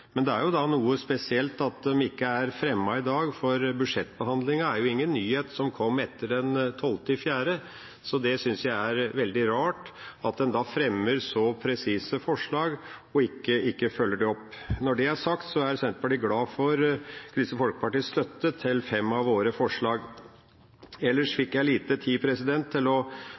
er jo noe spesielt at de ikke er fremmet i dag, for budsjettbehandlingen er ingen nyhet som kom etter den 12. april. Jeg synes det er veldig rart at en fremmer så presise forslag og ikke følger dem opp. Når det er sagt, er Senterpartiet glad for Kristelig Folkepartis støtte til fem av våre forslag. Ellers fikk jeg liten tid til å